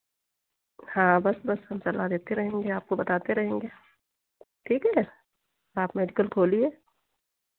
हाँ बस बस हम सलाह देते रहेंगे आपको बताते रहेंगे ठीक है आप मेडिकल खोलिए